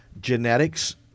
genetics